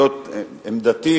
זאת עמדתי,